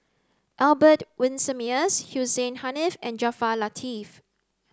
Albert Winsemius Hussein Haniff and Jaafar Latiff